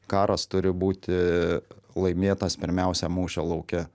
karas turi būti laimėtas pirmiausia mūšio lauke